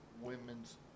women's